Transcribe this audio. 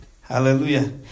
Hallelujah